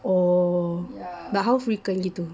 oh but how frequently tu